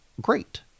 great